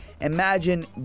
Imagine